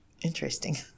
interesting